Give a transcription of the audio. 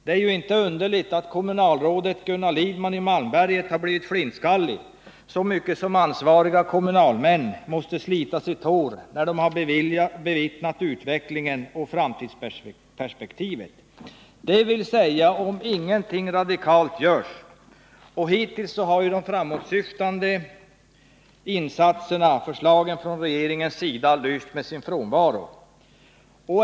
Det är inte underligt att kommunalrådet Gunnar Lidman i Malmberget har blivit flintskallig, så mycket som ansvariga kommunalmän måste slita sitt hår när de på nära håll bevittnar utvecklingen och framtidsperspektivet — dvs. om ingenting radikalt görs. Hittills har de framåtsyftande förslagen från regeringens sida lyst med sin frånvaro.